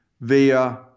via